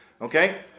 Okay